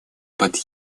под